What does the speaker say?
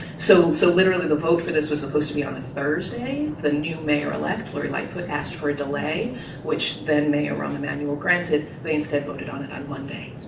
so so literally the vote for this was supposed to be on a thursday. the new mayor-elect, lori lightfoot, asked for a delay which, then mayor, rahm emanuel granted. they instead voted on it on monday.